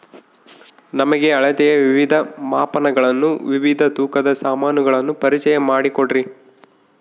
ನಮಗೆ ಅಳತೆಯ ವಿವಿಧ ಮಾಪನಗಳನ್ನು ವಿವಿಧ ತೂಕದ ಸಾಮಾನುಗಳನ್ನು ಪರಿಚಯ ಮಾಡಿಕೊಡ್ರಿ?